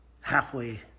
halfway